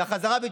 וחבל.